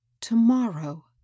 tomorrow